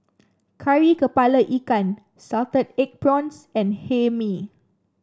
Kari kepala Ikan Salted Egg Prawns and Hae Mee